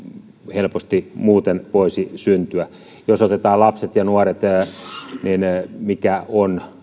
helposti muuten voisi syntyä jos otetaan lapset ja nuoret niin mikä on